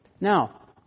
Now